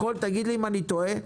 תגיד לי אם אני טועה,